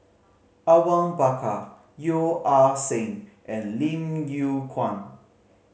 Awang Bakar Yeo Ah Seng and Lim Yew Kuan